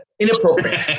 Inappropriate